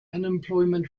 unemployment